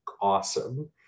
awesome